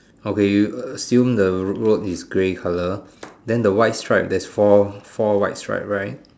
okay you assume the road is grey colour than the white stripe there is four four white stripe right